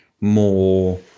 more